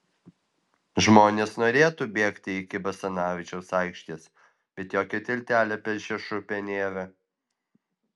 žmonės norėtų bėgti iki basanavičiaus aikštės bet jokio tiltelio per šešupę nėra